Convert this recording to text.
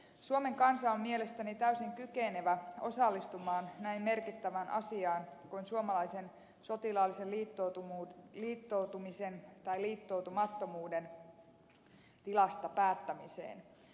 suomen kansa on mielestäni täysin kykenevä osallistumaan näin merkittävään asiaan kuin suomalaisen sotilaallisen liittoutumisen tai liittoutumattomuuden tilasta päättämiseen